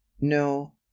no